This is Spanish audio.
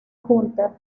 junta